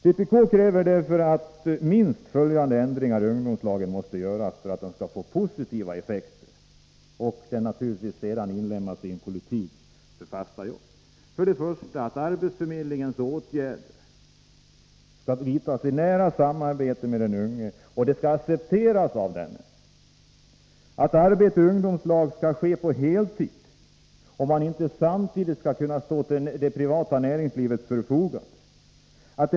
Vpk kräver därför att minst följande ändringar görs beträffande ungdomslagen för att det skall kunna bli positiva effekter — naturligvis på basis av en politik som syftar till fasta arbeten: 1. Arbetsförmedlingens åtgärder skall vidtas i nära samarbete med den unge, som också skall kunna acceptera åtgärderna. 2. Arbete i ungdomslag skall ske på heltid, och man skall inte samtidigt stå till det privata näringslivets förfogande. 2.